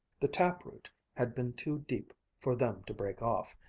the taproot had been too deep for them to break off,